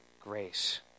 grace